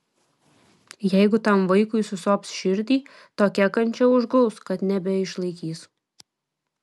jeigu tam vaikui susops širdį tokia kančia užguls kad nebeišlaikys